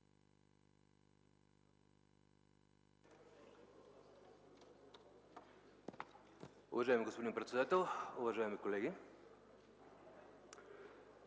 Уважаема госпожо председател, уважаеми колеги